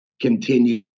continue